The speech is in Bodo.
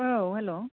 औ हेल'